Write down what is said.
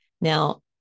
Now